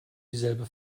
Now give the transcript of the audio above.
dieselbe